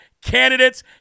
candidates